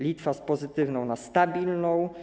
Litwa - z pozytywnej na stabilną.